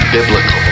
Biblical